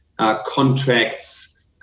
contracts